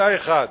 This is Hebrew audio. בתנאי אחד,